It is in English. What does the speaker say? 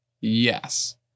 yes